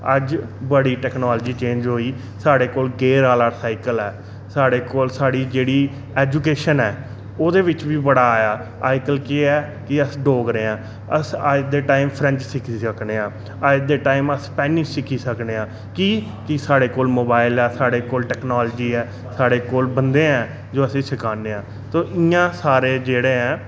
अज्ज बड़ी technology change होई साढ़े कोल गेअर आह्ला साइकल ऐ साढ़े कोल साढ़ी जेह्ड़ी एजुकेशन ऐ ओह्दे बिच्च बी बड़ा आया अजकल के एह् कि अस डोगरे आं अस अज्ज दे टाइम फ्रैंच सिक्खी सकने आं अज्ज दे टाइम अस स्पैनिश सिक्खी सकने आं कि की साढ़े कोल मोबाइल ऐ साढ़े कोल टेकनालजी ऐ साढ़े कोल बंदे ऐं जो असेंगी सिखाने आं ते इ'यां सारे जेह्ड़े ऐ